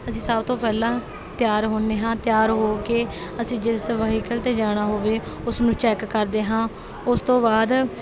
ਅਸੀਂ ਸਭ ਤੋਂ ਪਹਿਲਾਂ ਤਿਆਰ ਹੁੰਦੇ ਹਾਂ ਤਿਆਰ ਹੋ ਕੇ ਅਸੀਂ ਜਿਸ ਵਹੀਕਲ 'ਤੇ ਜਾਣਾ ਹੋਵੇ ਉਸ ਨੂੰ ਚੈੱਕ ਕਰਦੇ ਹਾਂ ਉਸ ਤੋਂ ਬਾਅਦ